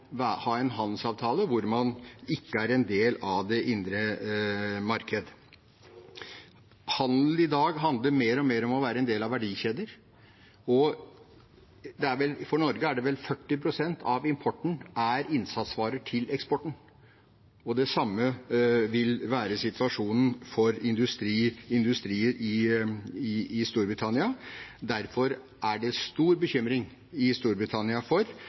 ha en handelsavtale hvor man ikke er en del av det indre marked. Handel i dag handler mer og mer om å være en del av verdikjeder. For Norge er vel 40 pst. av importen innsatsvarer til eksporten, og det samme vil være situasjonen for industrier i Storbritannia. Derfor er det stor bekymring i Storbritannia for